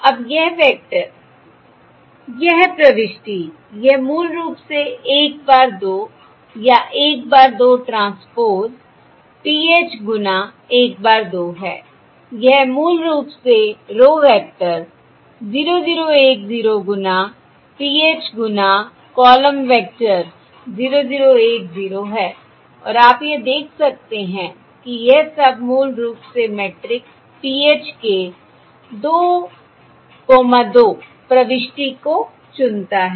अब यह वेक्टर यह प्रविष्टि यह मूल रूप से 1 bar 2 या 1 bar 2 ट्रांसपोज़ PH गुणा 1 bar 2 है यह मूल रूप से रो वेक्टर 0 0 1 0 गुणा PH गुणा कॉलम वेक्टर 0 0 1 0 है और आप यह देख सकते हैं कि यह सब मूल रूप से मैट्रिक्स PH के 22 प्रविष्टि को चुनता है